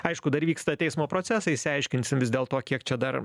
aišku dar vyksta teismo procesai išsiaiškinsim vis dėlto kiek čia dar